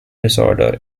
disorder